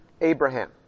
Abraham